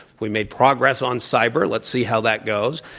we made progress on cyber. let's see how that goes.